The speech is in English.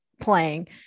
playing